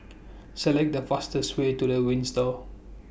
Select The fastest Way to The Windsor